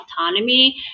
autonomy